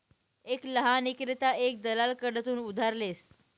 एक लहान ईक्रेता एक दलाल कडथून उधार लेस